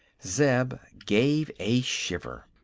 zeb gave a shiver.